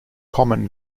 common